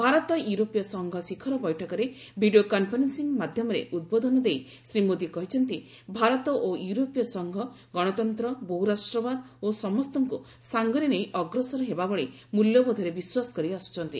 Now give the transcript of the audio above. ଭାରତ ୟୁରୋପୀୟ ସଂଘ ଶିଖର ବୈଠକରେ ଭିଡ଼ିଓ କନଫରେନ୍ନିଂ ମାଧ୍ୟମରେ ଉଦ୍ବୋଧନ ଦେଇ ଶ୍ରୀ ମୋଦୀ କହିଛନ୍ତି ଭାରତ ଓ ୟୁରୋପୀୟ ସଂଘ ଗଣତନ୍ତ୍ର ବହୁରାଷ୍ଟ୍ରବାଦ ଓ ସମସ୍ତଙ୍କୁ ସାଙ୍ଗରେ ନେଇ ଅଗ୍ରସର ହେବା ଭଳି ମୂଲ୍ୟବୋଧରେ ବିଶ୍ୱାସ କରି ଆସୁଛନ୍ତି